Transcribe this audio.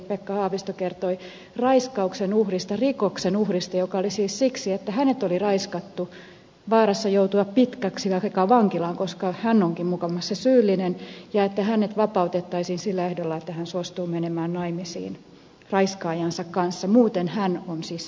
pekka haavisto kertoi raiskauksen uhrista rikoksen uhrista joka oli siis siksi että hänet oli raiskattu vaarassa joutua pitkäksi aikaa vankilaan koska hän onkin mukamas se syyllinen ja hänet vapautettaisiin sillä ehdolla että hän suostuu menemään naimisiin raiskaajansa kanssa muuten hän on siis se rikollinen